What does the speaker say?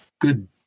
good